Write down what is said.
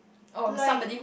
like